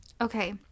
okay